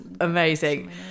amazing